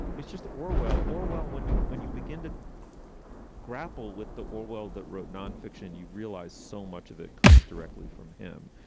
it's just orwell or well, when you when you begin to grapple with the orwell that wrote non-fiction, you realized so much of it comes directly from him.